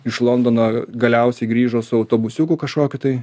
iš londono galiausiai grįžo su autobusiuku kažkokiu tai